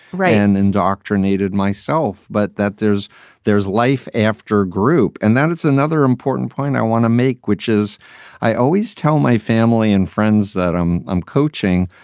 ran, indoctrinated myself but that there's there's life after group and that it's another important point i want to make, which is i always tell my family and friends that i'm i'm coaching.